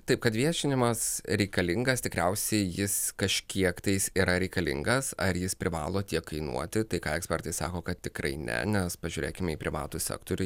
taip kad viešinimas reikalingas tikriausiai jis kažkiek tai jis yra reikalingas ar jis privalo tiek kainuoti tai ką ekspertai sako kad tikrai ne nes pažiūrėkime į privatų sektorių